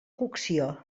cocció